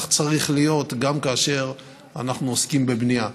כך צריך להיות גם כאשר אנחנו עוסקים בבנייה.